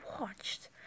watched